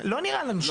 לא נראה לנו שזה סביר.